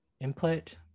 input